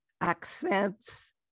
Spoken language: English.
accents